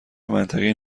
منطقی